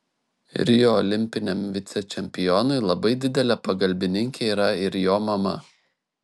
rio olimpiniam vicečempionui labai didelė pagalbininkė yra ir jo mama